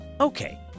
Okay